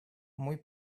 мой